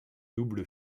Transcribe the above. double